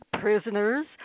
Prisoners